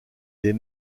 des